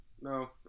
No